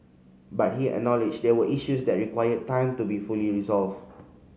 but he acknowledged there were issues that require time to be fully resolved